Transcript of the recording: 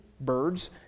birds